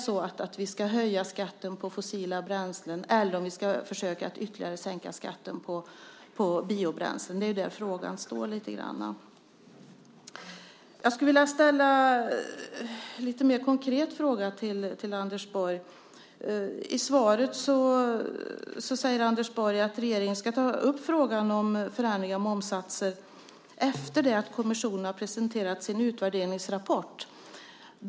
Ska vi höja skatten på fossila bränslen, eller ska vi försöka att ytterligare sänka skatten på biobränsle? Det är där frågan står. Jag skulle vilja ställa en lite mer konkret fråga till Anders Borg. I svaret säger Anders Borg att regeringen ska ta upp frågan om förhandling om momssatser efter det att kommissionen har presenterat sin utvärderingsrapport.